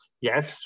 Yes